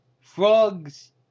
frogs